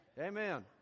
Amen